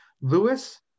Lewis